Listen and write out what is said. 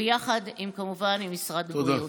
יחד עם משרד הבריאות,